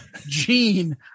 Gene